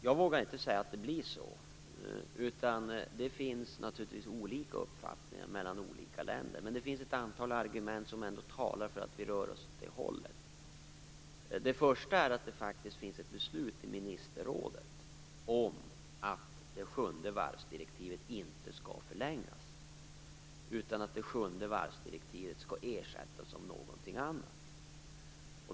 Jag vågar inte säga att det blir så. Det finns naturligtvis olika uppfattningar mellan olika länder. Men det finns ett antal argument som ändå talar för att vi rör oss åt det hållet. Det första är att det faktiskt finns ett beslut i ministerrådet om att det sjunde varvsdirektivet inte skall förlängas utan att det skall ersättas av någonting annat.